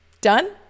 Done